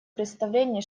представление